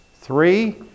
Three